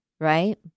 right